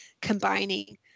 combining